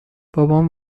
بابام